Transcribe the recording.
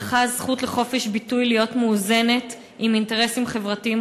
צריכה הזכות לחופש ביטוי להיות מאוזנת עם אינטרסים חברתיים